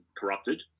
corrupted